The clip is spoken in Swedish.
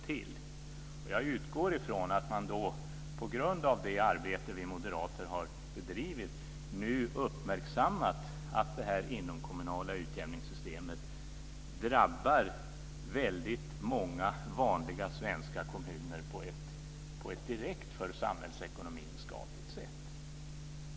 Någon dag senare sade statsrådet Lövdén samma sak. Jag utgår då från att man, på grund av det arbete vi moderater har bedrivit, nu uppmärksammat att det inomkommunala utjämningssystemet drabbar väldigt många vanliga svenska kommuner på ett för samhällsekonomin direkt skadligt sätt.